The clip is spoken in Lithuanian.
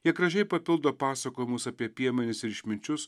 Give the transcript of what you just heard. jie gražiai papildo pasakojimus apie piemenis ir išminčius